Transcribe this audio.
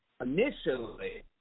initially